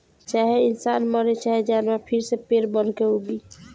चाहे इंसान मरे चाहे जानवर फिर से पेड़ बनके उगी